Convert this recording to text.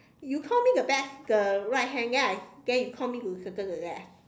you call me the back the right hand right then I you call me to circle the left